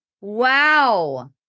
Wow